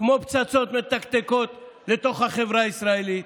כמו פצצות מתקתקות לתוך החברה הישראלית,